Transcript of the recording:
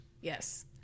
Yes